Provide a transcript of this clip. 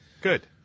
Good